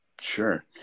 Sure